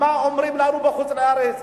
מה אומרים לנו בחוץ-לארץ,